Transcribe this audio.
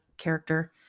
character